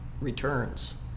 returns